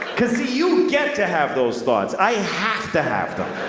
because you get to have those thoughts i have to have them.